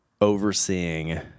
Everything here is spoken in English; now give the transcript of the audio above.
overseeing